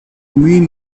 mean